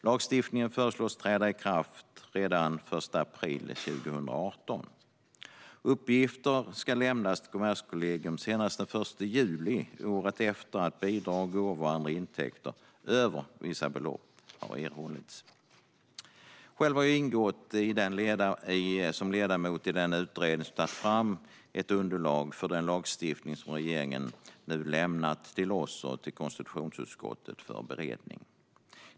Lagstiftningen föreslås träda i kraft redan den 1 april 2018. Uppgifter ska lämnas till Kommerskollegium senast den 1 juli året efter att bidrag, gåvor och andra intäkter över vissa belopp har erhållits. Själv har jag ingått som ledamot i den utredning som har tagit fram ett underlag till den lagstiftning som regeringen nu har lämnat till oss i riksdagen och konstitutionsutskottet för beredning.